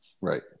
Right